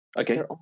okay